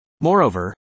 Moreover